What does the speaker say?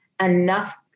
enough